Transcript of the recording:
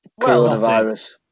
Coronavirus